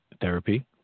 therapy